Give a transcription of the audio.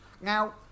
now